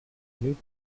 with